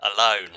alone